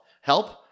help